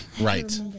right